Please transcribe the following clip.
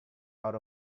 out